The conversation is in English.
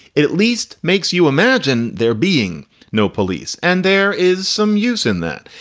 it at least makes you imagine there being no police and there is some use in that.